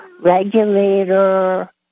Regulator